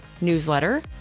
newsletter